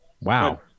Wow